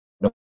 No